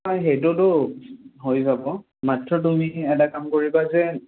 হয় সেইটোতো হৈ যাব মাত্ৰ তুমি এটা কাম কৰিবা যে